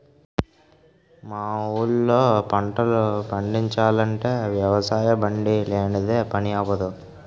మా ఊళ్ళో పంటలు పండిచాలంటే వ్యవసాయబండి లేనిదే పని అవ్వదు